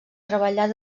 treballar